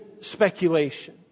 speculation